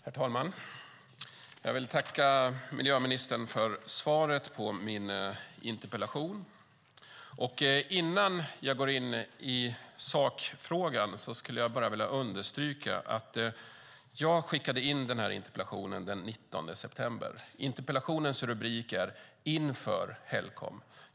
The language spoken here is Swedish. Herr talman! Jag vill tacka miljöministern för svaret på min interpellation. Innan jag går in på sakfrågan skulle jag vilja understryka att jag skickade in den här interpellationen den 19 september. Interpellationens rubrik är: Inför Helcom.